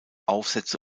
aufsätze